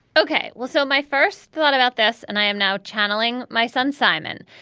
ok, well, so my first thought about this and i am now channeling my son, simon,